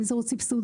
אם באמצעות סבסוד,